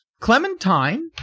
Clementine